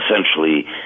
essentially